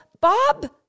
Bob